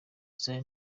zayn